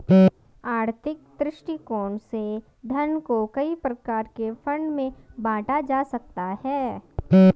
आर्थिक दृष्टिकोण से धन को कई प्रकार के फंड में बांटा जा सकता है